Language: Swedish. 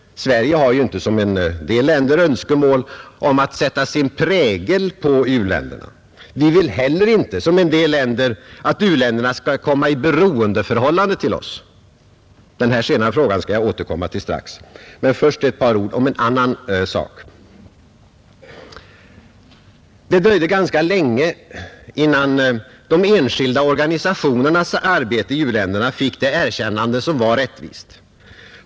Sverige har ju inte, som en del länder, önskemål om att sätta sin prägel på u-länderna. Vi vill heller inte att u-länderna skall komma i beroendeförhållande till oss. Den här senare frågan skall jag återkomma till strax. Men först ett par ord om en annan sak. Det dröjde ganska länge innan de enskilda organisationernas arbete i u-länderna fick det erkännande som var rättvist.